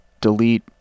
delete